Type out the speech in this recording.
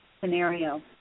scenario